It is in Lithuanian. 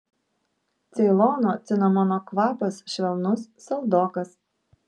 ceilono cinamono kvapas švelnus saldokas